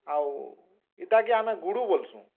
ଆଉ ଏତାକେ ଆମେ ଗୁଡୁ ବୋଲସୁଁ